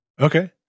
Okay